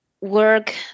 work